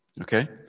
Okay